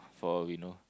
for all we know